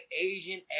Asian